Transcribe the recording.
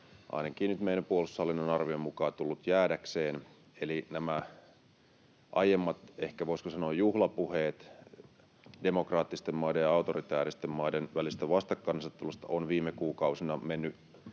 meidän puolustushallinnon arvion mukaan tullut jäädäkseen. Eli nämä aiemmat, voisiko ehkä sanoa juhlapuheet, demokraattisten maiden ja autoritääristen maiden välisestä vastakkainasettelusta ovat viime kuukausina menneet